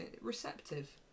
receptive